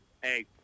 hey